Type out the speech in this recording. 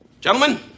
Gentlemen